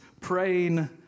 praying